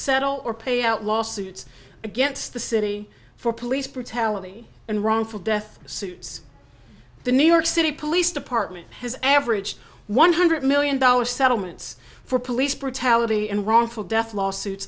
settle or pay out lawsuits against the city for police brutality and wrongful death suits the new york city police department has averaged one hundred million dollar settlements for police brutality and wrongful death lawsuit